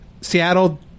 Seattle